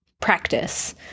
practice